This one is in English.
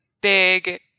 big